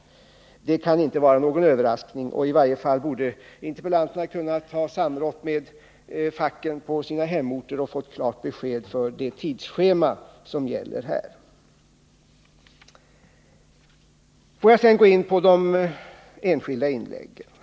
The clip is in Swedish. Det kan inte vara någon överraskning-—i varje fall borde frågeställarna ha kunnat samråda med facken på sina hemorter och få klart besked om det tidsschema som gäller. Får jag sedan gå in på de enskilda inläggen.